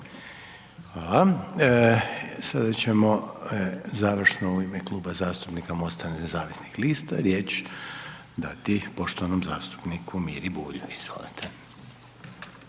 Hvala. Sada ćemo završno u ime Kluba zastupnika MOST-a nezavisnih lista riječ dati poštovanom zastupniku Miri Bulju, izvolite.